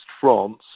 France